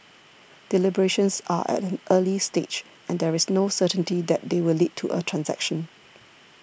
deliberations are at an early stage and there is no certainty that they will lead to a transaction